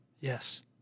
Yes